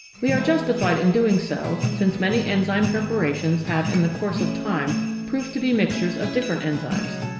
we are justified in doing so, since many enzyme prepara tions have in the course of time proved to be mixtures of different enzymes.